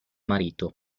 marito